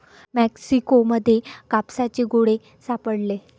Mexico मध्ये कापसाचे गोळे सापडले